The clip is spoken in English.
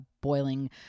boiling